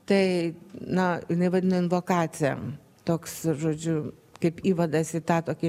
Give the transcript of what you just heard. tai na jinai vadina invokacija toks žodžiu kaip įvadas į tą tokį